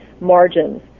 margins